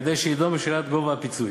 כדי שידון בשאלת גובה הפיצויים,